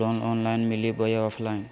Loan online मिली बोया offline?